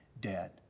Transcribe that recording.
dead